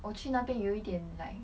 我去那边有一点 like